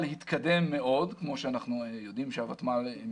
התקדם מאוד כמו שאנחנו יודעים שהוותמ"ל מתקדם